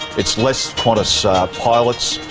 it's less qantas ah pilots,